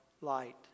light